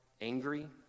angry